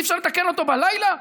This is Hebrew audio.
אי-אפשר לתקן אותו בלילה?